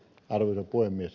arvoisa puhemies